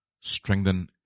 Strengthen